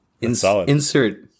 Insert